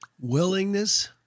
Willingness